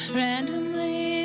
randomly